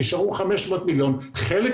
נשארו 500 מיליון שקל.